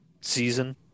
season